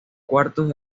cuartos